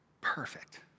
perfect